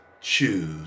choose